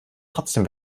trotzdem